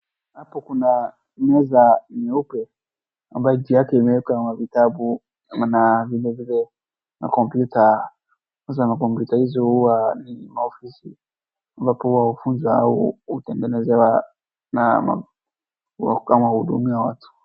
Hapa kuna meza nyeupe, ambayo juu yake imewekwa mavitabu na vilevile na komputya ambazo na komputya hizo huwa ni maofisi za kuwa funza, kutengenezea na kuwa hudumia watu.